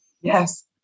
Yes